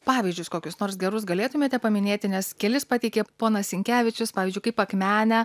pavyzdžius kokius nors gerus galėtumėte paminėti nes kelis pateikė ponas sinkevičius pavyzdžiui kaip akmenę